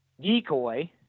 decoy